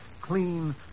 clean